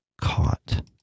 caught